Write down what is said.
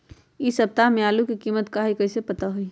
इ सप्ताह में आलू के कीमत का है कईसे पता होई?